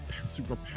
superpower